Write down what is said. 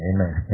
Amen